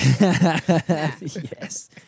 Yes